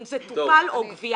אם זה טופל או גבייה.